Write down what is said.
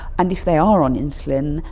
and if they are on insulin,